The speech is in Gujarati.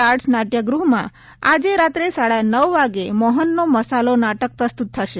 આર્ટ્સ નાટ્યગૃહમાં આજે રાત્રે સાડા નવ વાગે મોહનનો મસાલો નાટક પ્રસ્તુત થશે